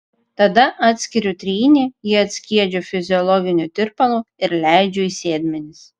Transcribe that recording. tada atskiriu trynį jį atskiedžiu fiziologiniu tirpalu ir leidžiu į sėdmenis